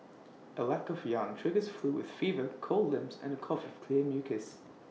A lack of yang triggers flu with fever cold limbs and A cough with clear mucus